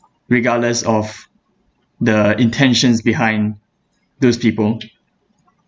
regardless of the intentions behind those people